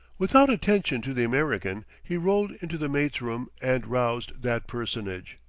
without attention to the american he rolled into the mate's room and roused that personage.